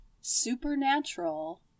Supernatural